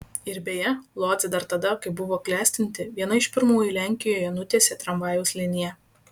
ir beje lodzė dar tada kai buvo klestinti viena iš pirmųjų lenkijoje nutiesė tramvajaus liniją